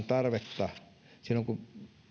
tarvetta silloin kun